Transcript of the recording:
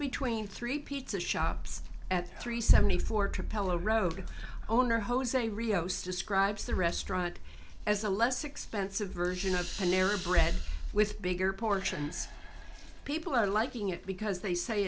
between three pizza shops at three seventy four to pella road owner jose rios describes the restaurant as a less expensive version of canary bread with bigger portions people are liking it because they say